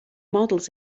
models